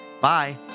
Bye